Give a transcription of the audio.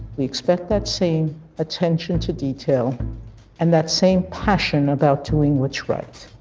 we expect that same attention to detail and that same passion about doing what's right